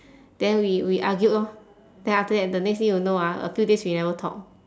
then we we argued lor then after that the next thing you know ah a few days we never talk